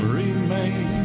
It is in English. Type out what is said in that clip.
remain